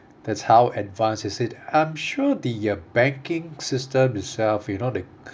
that's how advanced is it I'm sure the uh banking system itself you know they